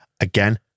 again